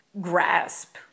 grasp